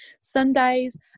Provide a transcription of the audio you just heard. Sundays